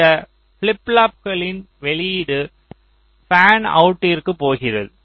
இந்த ஃபிளிப் ஃப்ளாப்புகளின் வெளியீடு பேன்அவுட்டிற்கு போகிறது